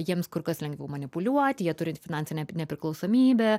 jiems kur kas lengviau manipuliuot jie turint finansinę nepriklausomybę